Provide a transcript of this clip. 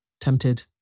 tempted